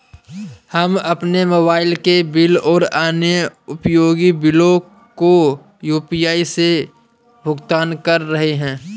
हम अपने मोबाइल के बिल और अन्य उपयोगी बिलों को यू.पी.आई से भुगतान कर रहे हैं